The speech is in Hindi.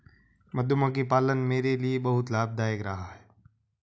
मधुमक्खी पालन मेरे लिए बहुत लाभदायक रहा है